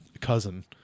cousin